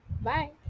Bye